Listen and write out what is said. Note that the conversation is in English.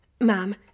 Ma'am